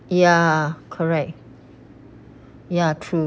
ya correct ya true